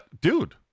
Dude